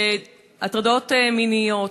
שהטרדות מיניות,